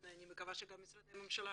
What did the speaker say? אני מקווה שגם משרדי הממשלה